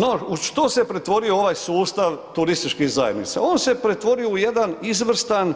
No, u što se pretvorio ovaj sustav turističkih zajednica, on se pretvorio u jedan izvrstan